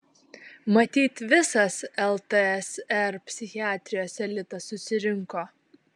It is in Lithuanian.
matyt visas ltsr psichiatrijos elitas susirinko